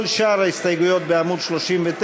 כל שאר ההסתייגויות בעמוד 39,